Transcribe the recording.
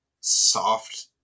soft